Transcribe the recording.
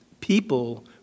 people